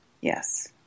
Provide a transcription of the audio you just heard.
Yes